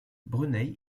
brunei